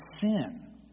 sin